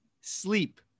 Sleep